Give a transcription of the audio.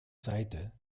seite